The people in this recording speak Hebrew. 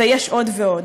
ויש עוד ועוד.